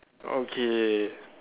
okay